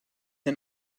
ein